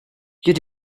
you